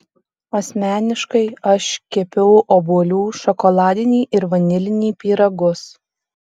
asmeniškai aš kepiau obuolių šokoladinį ir vanilinį pyragus